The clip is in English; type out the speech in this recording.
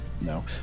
no